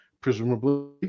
presumably